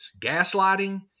gaslighting